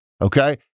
okay